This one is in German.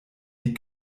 die